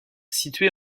situé